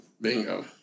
Bingo